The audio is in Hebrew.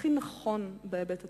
הכי נכון בהיבט התיירותי,